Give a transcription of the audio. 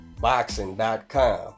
boxing.com